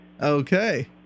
Okay